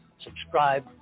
subscribe